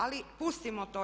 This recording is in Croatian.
Ali pustimo to.